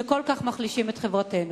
שכל כך מחלישים את חברתנו.